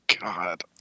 God